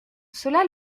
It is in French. cela